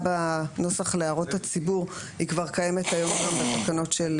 בנוסח להערות הציבור היא כבר קיימת היום גם בתקנות.